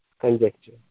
conjecture